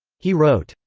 he wrote,